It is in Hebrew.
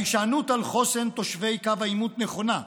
ההישענות על חוסן תושבי קו העימות נכונה,